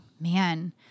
man